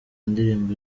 ndirimbo